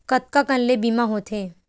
कतका कन ले बीमा होथे?